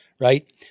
right